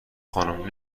خانم